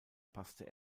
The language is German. passte